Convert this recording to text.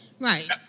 Right